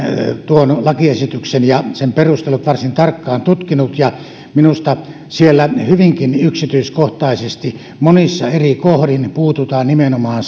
tuon lakiesityksen ja sen perustelut varsin tarkkaan tutkinut ja minusta siellä hyvinkin yksityiskohtaisesti monissa eri kohdin puututaan nimenomaan